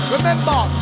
Remember